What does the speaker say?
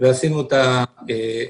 ועשינו את ההתאמות.